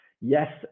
yes